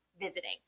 visiting